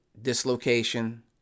dislocation